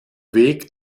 weg